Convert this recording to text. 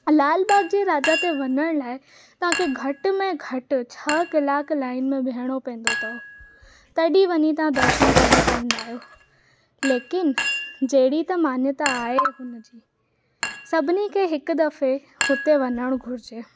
लालबाग जे राजा ते वञण लाइ तव्हांखे घटि में घटि छह कलाक लाइन में बीहिणो पवंदो अथव तॾहिं वञी तव्हां दर्शनु करे पाईंदा आहियो लेकिन जहिड़ी त मान्यता आहे हिनजी सभिनी खे हिक दफ़े हुते वञणु घुरिजे